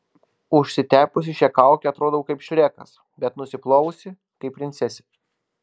užsitepusi šią kaukę atrodau kaip šrekas bet nusiplovusi kaip princesė